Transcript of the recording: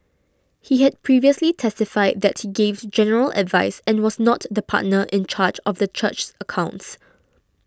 he had previously testified that he gave general advice and was not the partner in charge of the church's accounts